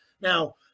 now